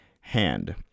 hand